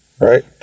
Right